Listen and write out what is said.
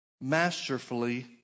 masterfully